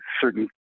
certain